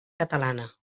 catalana